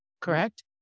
correct